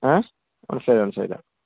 ഏ മനസിലായില്ല മനസിലായില്ല